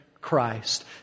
Christ